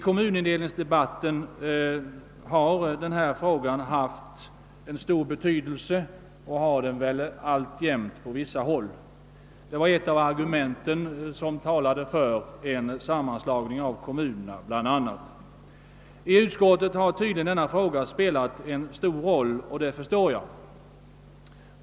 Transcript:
Denna fråga har också haft stor betydelse i kommunindelningsdebatten och har det väl alltjämt på vissa håll. Den var ett av de argument som talade för en sammanslagning av kommuner. Även i utskottet har tydligen denna fråga spelat stor roll, och det förstår jag.